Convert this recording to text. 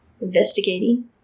investigating